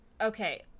Okay